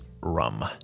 rum